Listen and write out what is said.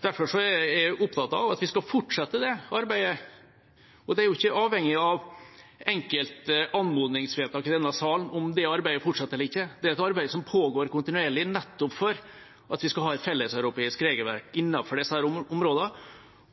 Derfor er jeg opptatt av at vi skal fortsette det arbeidet. Om det arbeidet fortsetter eller ikke, er jo ikke avhengig av enkeltanmodningsvedtak i denne sal, det er et arbeid som pågår kontinuerlig nettopp for at vi skal ha et felleseuropeisk regelverk innenfor disse områdene.